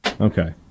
Okay